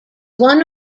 one